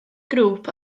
grŵp